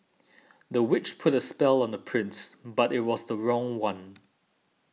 the witch put a spell on the prince but it was the wrong one